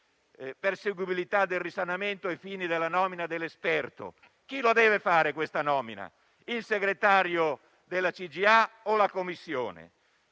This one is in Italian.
perseguibilità del risanamento ai fini della nomina dell'esperto. Chi deve fare questa nomina? Il segretario della CGIA o la Commissione?